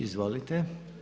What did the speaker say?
Izvolite.